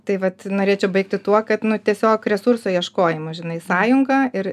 tai vat norėčiau baigti tuo kad nu tiesiog resursų ieškojimo žinai sąjunga ir